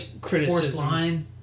criticisms